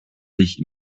sich